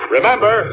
Remember